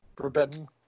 Forbidden